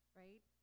right